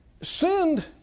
send